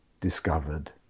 discovered